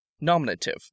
nominative